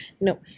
No